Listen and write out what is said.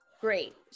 Great